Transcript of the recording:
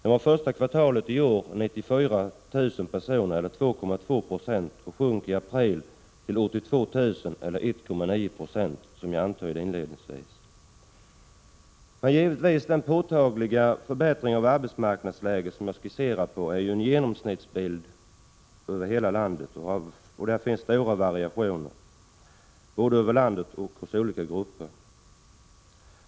Under första kvartalet i år var den 94 000 personer eller 2,2 70 och sjönk i april till 82 000 eller 1,9 96, vilket jag antydde inledningsvis. Den påtagliga förbättring av arbetsmarknadsläget som jag här skisserar är givetvis en genomsnittsbild för hela landet. Det finns stora variationer, både över landet och för olika grupper.